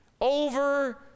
over